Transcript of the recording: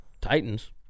Titans